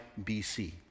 BC